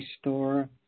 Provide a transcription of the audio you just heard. store